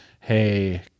Hey